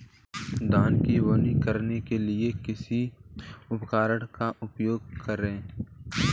धान की बुवाई करने के लिए किस उपकरण का उपयोग करें?